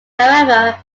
however